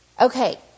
okay